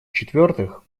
четвертых